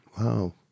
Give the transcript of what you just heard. Wow